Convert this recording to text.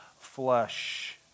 flesh